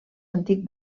antic